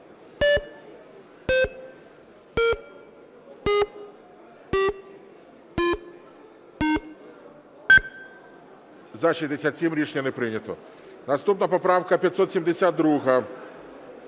За-67 Рішення не прийнято. Наступна поправка 572.